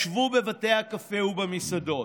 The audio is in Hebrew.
ישבו בבתי הקפה ובמסעדות.